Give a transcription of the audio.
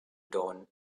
dawn